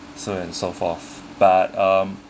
so and so forth but um